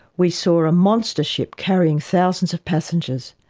we saw a monster ship carrying thousands of passengers.